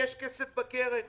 ויש כסף בקרן,